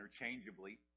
interchangeably